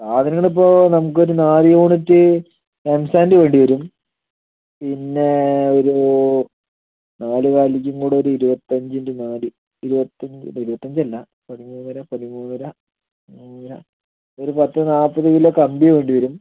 അതിനാണ് ഇപ്പോൾ നമുക്കൊരു നാല് യൂണിറ്റ് എം സാൻഡ് വേണ്ടി വരും പിന്നെ ഒരു നാല് കാലിഞ്ചും കൂടൊരു ഇരുപത്തഞ്ചിൻറ്റു നാല് ഇരുപത്തഞ്ച് അപ്പോൾ ഇരുപത്തഞ്ചല്ലാ പതിമൂന്നര പതിമൂന്നര പതിമൂന്നര ഒരു പത്ത് നാൽപ്പത് കിലോ കമ്പി വേണ്ടി വരും